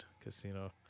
Casino